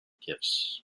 gifts